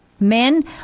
Men